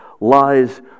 lies